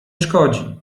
szkodzi